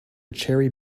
cherry